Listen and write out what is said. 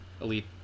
elite